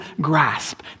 grasp